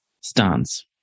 stance